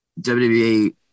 WWE